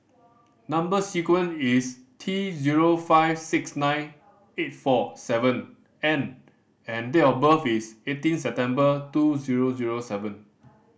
number sequence is T zero five six nine eight four seven N and date of birth is eighteen September two zero zero seven